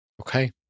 Okay